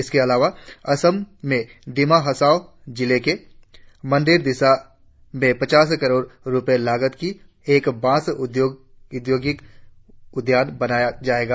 इसके अलावा असम में डिमा हसाओं जिले के मंडेरदीसा में पचास करोड़ रुपये लागत की एक बांस औद्योगिक उद्यान बनाया जाएगा